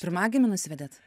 pirmagimį nusivedėt